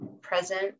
present